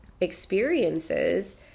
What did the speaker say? experiences